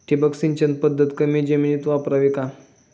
ठिबक सिंचन पद्धत कमी जमिनीत वापरावी का?